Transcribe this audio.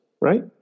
right